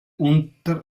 unten